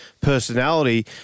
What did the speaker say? personality